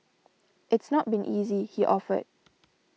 it's not been easy he offered